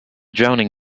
drowning